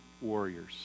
warriors